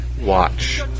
Watch